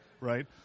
right